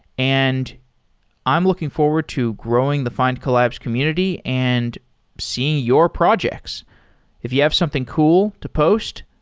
and i'm looking forward to growing the findcollabs community and seeing your projects if you have something cool to post,